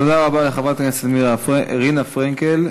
תודה רבה לחברת הכנסת רינה פרנקל.